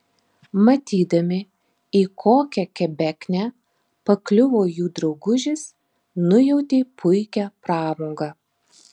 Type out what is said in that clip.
matydami į kokią kebeknę pakliuvo jų draugužis nujautė puikią pramogą